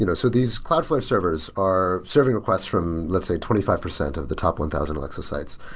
you know so these cloudflare servers are serving requests from, let's say, twenty five percent of the top one thousand alexa sites.